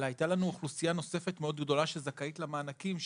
אלא הייתה לנו אוכלוסייה נוספת מאוד גדולה שזכאית למענקים,